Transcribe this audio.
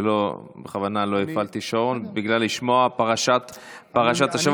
בכוונה לא הפעלתי שעון כדי לשמוע את פרשת השבוע.